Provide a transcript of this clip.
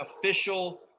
official